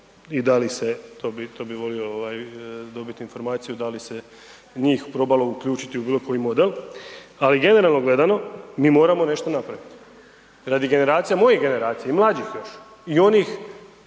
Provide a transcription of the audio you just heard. i da li se, to bih volio dobiti informaciju da li se njih probalo uključiti u bilo koji model. Ali generalno gledano, mi moramo nešto napraviti radi generacija, mojih generacija i mlađih još i onih